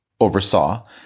oversaw